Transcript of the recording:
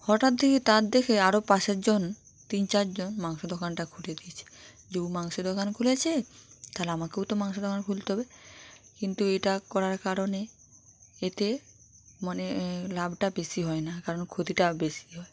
হঠাৎ দেখি তার দেখে আরো পাশেরজন তিন চারজন মাংসর দোকানটা খুলে দিয়েছে কেউ মাংসের দোকান খুলেছে তাহলে আমাকেও তো মাংসের দোকান খুলতে হবে কিন্তু এটা করার কারণে এতে মানে লাভটা বেশি হয় না কারণ ক্ষতিটা বেশি হয়